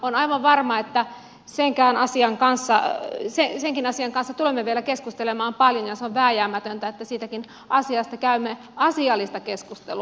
on aivan varma että siitäkin asiasta tulemme vielä keskustelemaan paljon ja se on vääjäämätöntä että siitäkin asiasta käymme asiallista keskustelua